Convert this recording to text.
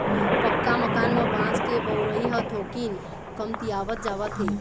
पक्का मकान म बांस के बउरई ह थोकिन कमतीयावत जावत हे